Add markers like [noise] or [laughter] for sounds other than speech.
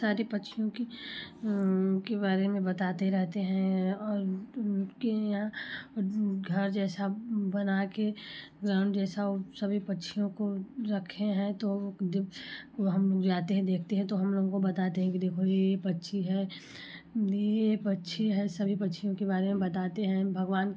सारी पक्षियों की के बारे में बताते रहते हैं और की यहां घर जैसा बना कर [unintelligible] जैसा सभी पक्षियों को रखे हैं तो वो हम जाते हैं देखते हैं तो वो हम लोगों को बताते हैं कि देखो ये ये पक्षी है ये पक्षी है सभी पक्षियों के बारे में बताते हैं भगवान